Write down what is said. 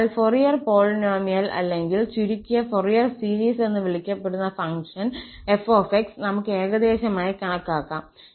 അതിനാൽ Fourier polynomial അല്ലെങ്കിൽ ചുരുക്കിയ ഫോറിയർ സീരീസ് എന്ന് വിളിക്കപ്പെടുന്ന ഫംഗ്ഷൻ f𝑥 നമുക്ക് ഏകദേശമായി കണക്കാക്കാം